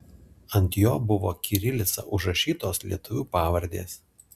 ant jo buvo kirilica užrašytos lietuvių pavardės